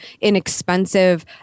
inexpensive